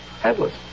Headless